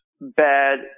bad